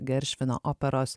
geršvino operos